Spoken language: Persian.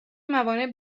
موانع